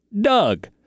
Doug